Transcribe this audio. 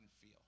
feel